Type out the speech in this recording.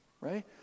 Right